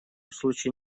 случае